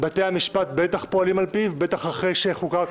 בתי המשפט בטח פועלים על פיו, בטח אחרי שחוקק